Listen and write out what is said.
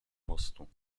mostu